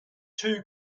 two